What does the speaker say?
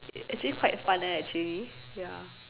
actually quite fun eh actually ya